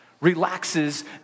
relaxes